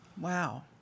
Wow